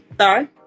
Sorry